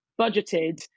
budgeted